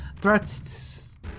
threats